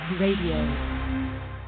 RADIO